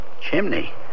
Chimney